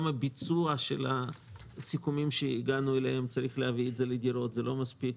גם הביצוע של הסיכומים שהגענו אליהם לא מספיק